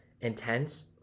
intense